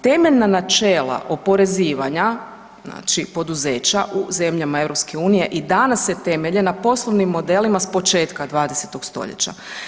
Temeljna načela oporezivanja, znači poduzeća u zemljama EU i danas se temelje na poslovnim modelima s početka 20. st.